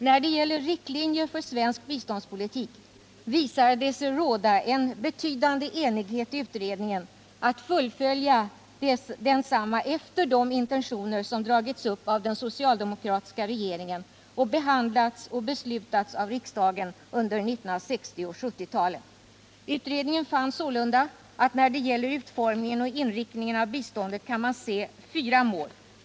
När det gäller riktlinjer för svensk biståndspolitik visade det sig råda en betydande enighet i utredningen om att fullfölja denna politik efter de intentioner som dragits upp av den socialdemokratiska regeringen och behandlats och beslutats av riksdagen under 1960 och 1970-talen. Utredningen fann sålunda att man när det gäller utformningen och inriktningen av biståndet kan se fyra mål.